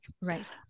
Right